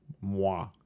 moi